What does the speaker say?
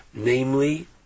Namely